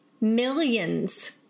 millions